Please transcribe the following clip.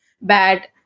bad